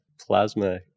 plasma